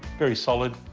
very solid.